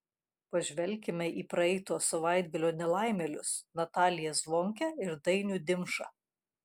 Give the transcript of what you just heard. pažvelkime į praeito savaitgalio nelaimėlius nataliją zvonkę ir dainių dimšą